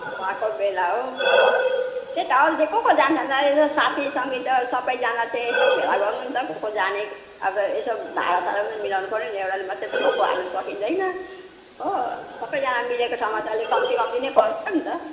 भएको बेला हो त्यही त अरू चाहिँ को को जान्छन् र यसो साथीसङ्गी त सबैजना चाहिँ यसो भेला गर्नु नि त को को जाने अब यसो भाडासाडा पनि त मिलाउनु पऱ्यो नि एउटाले मात्रै त भक्कु हाल्नु सकिँदैन हो सबैजना मिलेको छ मजाले कम्ती कम्ती नै पर्छ नि त